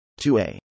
2a